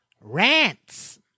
rants